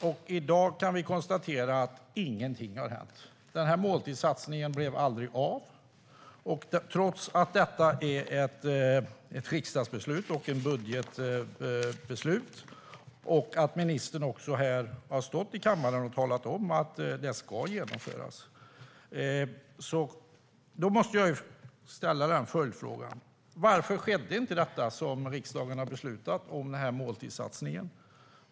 I dag kan vi konstatera att ingenting har hänt. Den här måltidssatsningen blev aldrig av, trots att detta är ett riksdagsbeslut och ett budgetbeslut och att ministern också har stått här i kammaren och talat om att det ska genomföras. Därför måste jag ställa en följdfråga: Varför skedde inte det som riksdagen beslutade om måltidssatsningen?